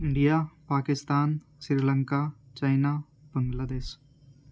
India Pakistan Sri Lanka China بنگلہ دیش